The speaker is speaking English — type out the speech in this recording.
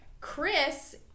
Chris